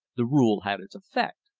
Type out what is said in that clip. the rule had its effect.